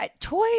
toy